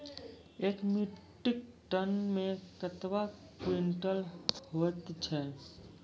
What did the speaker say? एक metric ton मे कतवा क्वींटल हैत छै?